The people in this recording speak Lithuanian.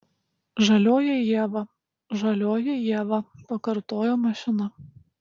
žalioji ieva žalioji ieva pakartojo mašina